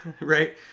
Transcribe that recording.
right